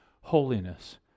holiness